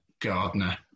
Gardner